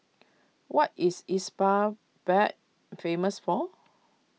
what is Isbabad famous for